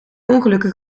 ongelukken